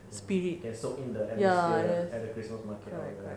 ya can soak in the atmosphere at the christmas market all that right